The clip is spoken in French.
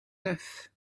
neuf